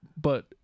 but-